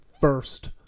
first